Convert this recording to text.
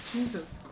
Jesus